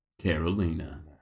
Carolina